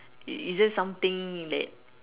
is there just something that